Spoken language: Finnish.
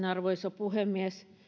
arvoisa puhemies